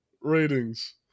Ratings